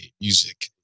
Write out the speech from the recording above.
music